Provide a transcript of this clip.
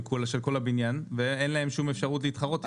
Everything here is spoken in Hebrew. כל הבניין ואין להם שום אפשרות להתחרות איתו.